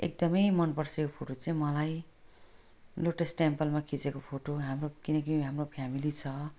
एकदम मन पर्छ यो फोटो चाहिँ मलाई लोटस टेम्पलमा खिचेको फोटो हाम्रो किनकि हाम्रो फ्यामिली छ